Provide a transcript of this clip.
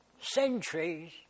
centuries